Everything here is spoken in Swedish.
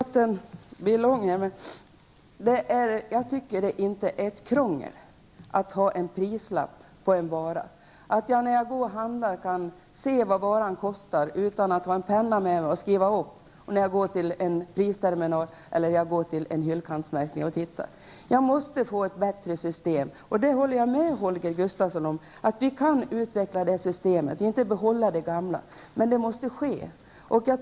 Herr talman! Den här debatten blir lång. Jag vill dock säga att jag inte tycker att det är ett krångligt system att ha en prislapp på en vara. När jag går och handlar kan jag ju se vad en viss vara kostar. Jag behöver inte ha en penna med mig för att skriva vilket pris som anges vid en pristerminal eller på en hyllkantsmärkning. Systemet måste bli bättre för kunden. Jag håller med Holger Gustafsson om att det går att utveckla det här systemet. Vi behöver alltså inte behålla det gamla. Något måste alltså göras.